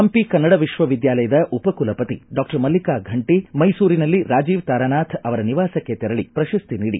ಪಂಪಿ ಕನ್ನಡ ವಿಶ್ವ ವಿದ್ಯಾಲಯದ ಉಪಕುಲಪತಿ ಡಾಕ್ಷರ್ ಮಲ್ಲಿಕಾ ಫಂಟಿ ಮೈಸೂರಿನಲ್ಲಿ ರಾಜೀವ್ ತಾರಾನಾಥ್ ಅವರ ನಿವಾಸಕ್ಕೆ ತೆರಳಿ ಪ್ರಶಸ್ತಿ ನೀಡಿ ಗೌರವಿಸಿದರು